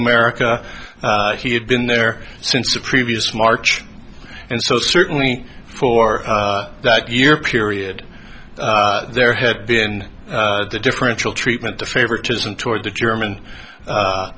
america he had been there since the previous march and so certainly for that year period there had been the differential treatment the favoritism toward the german